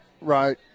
Right